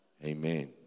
Amen